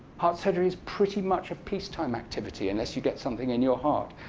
heart surgery is pretty much a peacetime activity unless you get something in your heart.